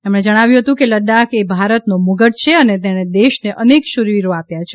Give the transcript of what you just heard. તેમને જણાવ્યું હતું કે લડાખ એ ભારતનો મુગટ છે અને તેણે દેશને અનેક શુરવીરો આપ્યા છે